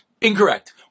incorrect